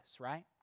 right